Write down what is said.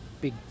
big